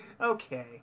Okay